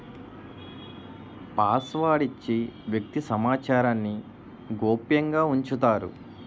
password ఇచ్చి వ్యక్తి సమాచారాన్ని గోప్యంగా ఉంచుతారు